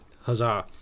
Huzzah